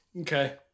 Okay